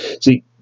See